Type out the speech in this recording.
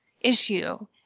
issue